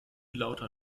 lauter